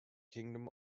kingdom